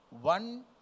one